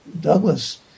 Douglas